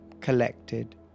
collected